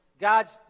God's